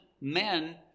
men